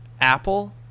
Apple